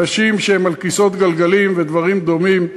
אנשים שהם על כיסאות גלגלים ודברים דומים.